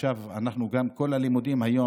כל הלימודים היום,